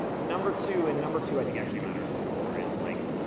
number two, and number two i think actually matters more is like,